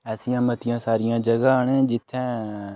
ऐसियां मतियां सारियां जगहां न जि'त्थें